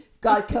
God